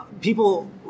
people